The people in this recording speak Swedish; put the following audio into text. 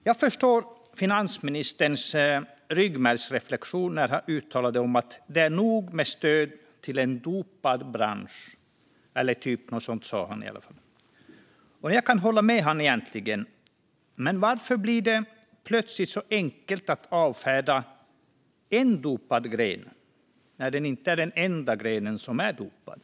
Jag förstår finansministerns ryggmärgsreflex när han uttalade sig om att det är nog nu med stöd till en dopad bransch. Han sa i varje fall något av den typen. Jag kan egentligen hålla med honom. Men varför blir det plötsligt så enkelt att avfärda en dopad gren när det inte är den enda grenen som är dopad?